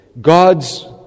God's